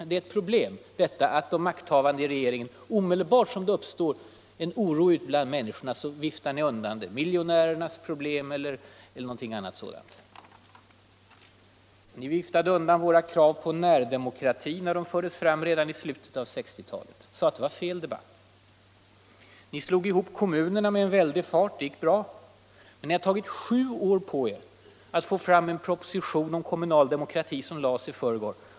Det är ett problem med makthavande i regeringen. Omedelbart som det uppstår en oro ute bland människorna viftar ni undan den med att säga att det är miljonärernas problem, eller någonting annat sådant. Ni viftade undan våra krav på närdemokrati när de fördes fram redan i slutet av 1960-talet och sade att det var ”fel debatt”. Ni slog ihop kommunerna med en väldig fart — det gick bra. Men ni har tagit sju år på er att få fram en proposition om kommunal demokrati — den kom i förrgår.